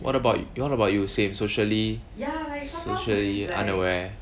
what about what about you same socially socially unaware